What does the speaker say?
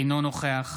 אינו נוכח